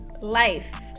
life